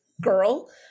girl